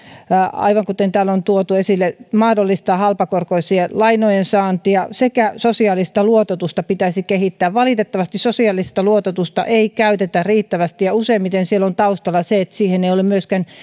aivan kuten täällä on tuotu esille että mahdollistetaan halpakorkoisten lainojen saanti sekä sosiaalista luototusta pitäisi kehittää valitettavasti sosiaalista luototusta ei käytetä riittävästi ja useimmiten siellä on taustalla se että siihen ei ole myöskään